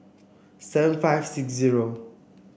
seven five six zero